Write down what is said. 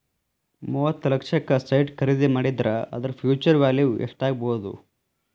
ಮೂವತ್ತ್ ಲಕ್ಷಕ್ಕ ಸೈಟ್ ಖರಿದಿ ಮಾಡಿದ್ರ ಅದರ ಫ್ಹ್ಯುಚರ್ ವ್ಯಾಲಿವ್ ಯೆಸ್ಟಾಗ್ಬೊದು?